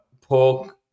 pork